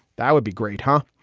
that would be great, huh?